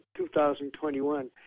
2021